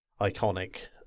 iconic